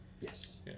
Yes